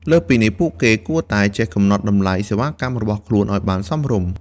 លើសពីនេះ ពួកគេគួរតែចេះកំណត់តម្លៃសេវាកម្មរបស់ខ្លួនឱ្យបានសមរម្យ។